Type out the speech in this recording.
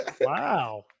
Wow